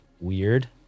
weird